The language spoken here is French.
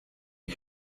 est